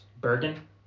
Bergen